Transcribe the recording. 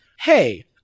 hey